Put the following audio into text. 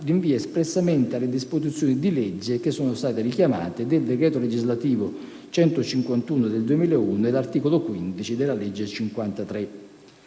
rinvia espressamente alle disposizioni di legge che sono state richiamate, il decreto legislativo n. 151 del 2001 e l'articolo 15 della legge n.